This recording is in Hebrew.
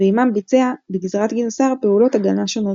ועמם ביצע בגזרת גינוסר פעולות הגנה שונות,